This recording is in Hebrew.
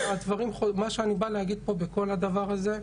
מה שאני בא להגיד פה בכל הדבר הזה,